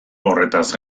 horretaz